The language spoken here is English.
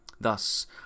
thus